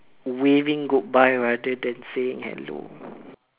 waving goodbye rather than saying hello